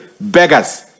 beggars